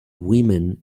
women